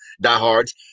diehards